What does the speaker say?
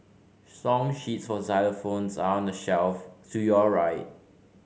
song sheets for xylophones are on the shelf to your right